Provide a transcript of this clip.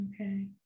Okay